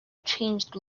changed